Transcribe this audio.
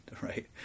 Right